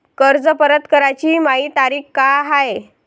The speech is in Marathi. कर्ज परत कराची मायी तारीख का हाय?